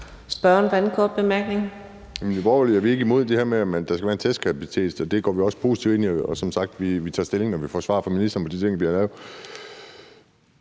(NB): I Nye Borgerlige er vi ikke imod det her med, at der skal være en testkapacitet. Det går vi også positivt ind i, og vi tager som sagt stilling, når vi får svar fra ministeren på de ting, vi har spurgt